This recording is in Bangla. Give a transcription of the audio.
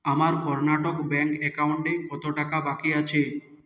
আমার কর্ণাটক ব্যাঙ্ক অ্যাকাউন্টে কত টাকা বাকি আছে